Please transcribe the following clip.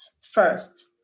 first